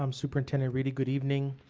um superintendent reedy, good evening.